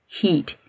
Heat